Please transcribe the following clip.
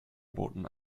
boten